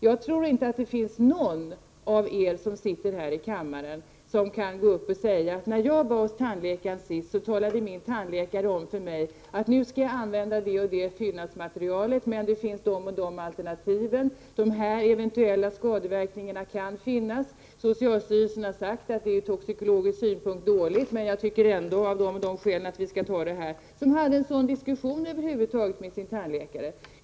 Jag tror inte att någon av er som sitter här i kammaren kan gå upp och säga att när ni senast var hos tandläkaren talade han om för er att han skulle använda det och det fyllnadsmaterialet men att det finns de och de alternativen, att de och de eventuella skadeverkningarna kan förekomma, att socialstyrelsen har sagt att materialet ur toxikologisk synpunkt är dåligt men att han av de och de skälen ändå förordade det. Jag tror inte att någon av er har fört en sådan diskussion med er tandläkare.